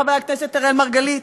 חבר הכנסת אראל מרגלית,